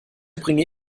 bringe